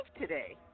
today